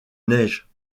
neige